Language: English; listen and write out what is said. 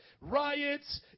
riots